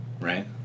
Right